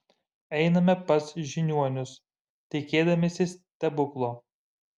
einame pas žiniuonius tikėdamiesi stebuklo